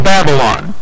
Babylon